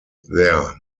their